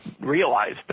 realized